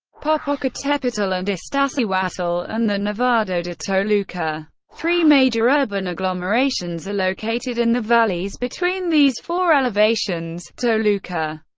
popocatepetl and iztaccihuatl and the nevado de toluca. three major urban agglomerations are located in the valleys between these four elevations toluca,